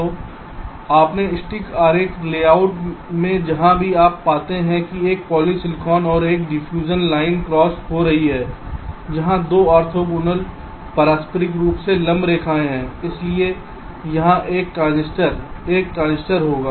तो अपने स्टिक आरेख लेआउट में जहां भी आप पाते हैं कि एक पॉली सिलिकॉन और एक डिफ्यूज़न लाइन क्रॉस हो रही है यहां 2 ऑर्थोगोनल पारस्परिक रूप से लंब रेखाएं हैं इसलिए यहां एक ट्रांजिस्टर एक ट्रांजिस्टर होगा